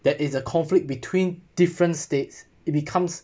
that is a conflict between different states it becomes